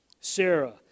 Sarah